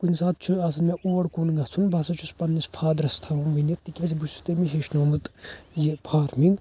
کنہِ ساتہٕ چھُ آسان مےٚ اوٗر کُن گژھُن بہٕ ہسا چھُس پننِس فادرَس تھاوان ونِتھ تِکیٛازِ بہٕ چھُس تٔمی ہیٚچھنومُت یہِ فارمِنٛگ